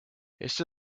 esta